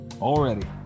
Already